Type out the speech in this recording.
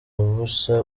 busa